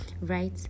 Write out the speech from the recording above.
right